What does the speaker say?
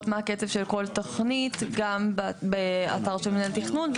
מה הקצב של כל תוכנית גם באתר של מינהל תכנון,